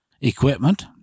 equipment